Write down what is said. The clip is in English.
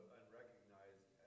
unrecognized